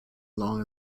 long